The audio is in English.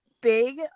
big